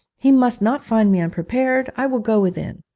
he must not find me unprepared. i will go within